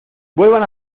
vuelvan